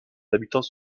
habitants